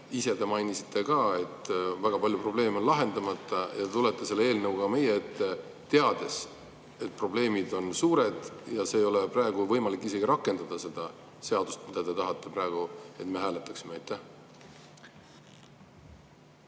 Ise te mainisite ka, et väga palju probleeme on lahendamata, aga te tulete selle eelnõuga meie ette, teades, et probleemid on suured ja praegu ei ole võimalik isegi rakendada seda seadust, kuigi te tahate praegu, et me seda seadust